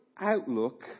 outlook